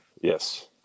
yes